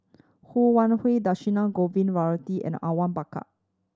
Ho Wan Hui Dhershini Govin Winodan and Awang Bakar